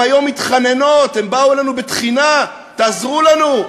הן היום מתחננות, הן באו אלינו בתחינה: תעזרו לנו.